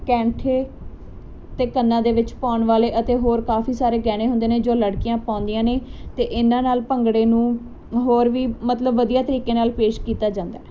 ਕੈਂਠੇ ਤੇ ਕੰਨਾਂ ਦੇ ਵਿੱਚ ਪਾਉਣ ਵਾਲੇ ਅਤੇ ਹੋਰ ਕਾਫੀ ਸਾਰੇ ਗਹਿਣੇ ਹੁੰਦੇ ਨੇ ਜੋ ਲੜਕੀਆਂ ਪਾਉਂਦੀਆਂ ਨੇ ਤੇ ਇਹਨਾਂ ਨਾਲ ਭੰਗੜੇ ਨੂੰ ਹੋਰ ਵੀ ਮਤਲਬ ਵਧੀਆ ਤਰੀਕੇ ਨਾਲ ਪੇਸ਼ ਕੀਤਾ ਜਾਂਦਾ